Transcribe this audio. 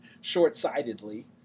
short-sightedly